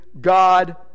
God